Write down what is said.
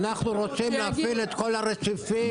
אנחנו רוצים להפעיל את כל הרציפים.